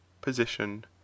position